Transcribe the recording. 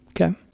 Okay